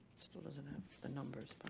still doesn't have the numbers,